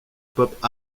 pop